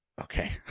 okay